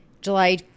July